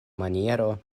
maniero